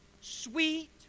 sweet